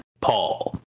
Paul